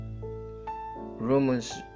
Romans